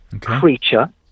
creature